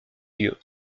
lieux